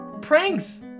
pranks